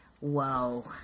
whoa